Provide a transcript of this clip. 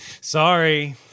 Sorry